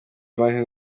banki